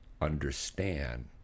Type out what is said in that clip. understand